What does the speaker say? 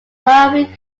ivory